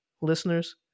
listeners